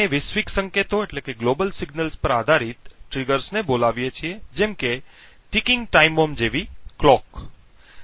આપણે વૈશ્વિક સંકેતો પર આધારિત ટ્રિગર્સને બોલાવીએ છીએ જેમ કે ટિકિંગ ટાઇમ બોમ્બ જેવી ઘડિયાળ